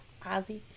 Ozzy